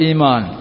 Iman